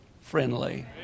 friendly